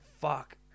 fuck